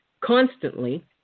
constantly